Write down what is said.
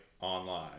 online